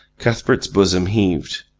cuthbert's bosom heaved.